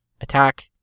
attack